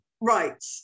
Right